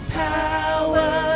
power